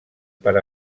per